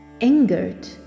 Angered